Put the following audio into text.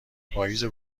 پاییز